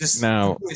now